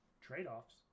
trade-offs